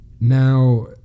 Now